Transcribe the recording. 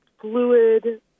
fluid